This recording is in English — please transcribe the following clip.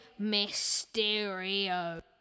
Mysterio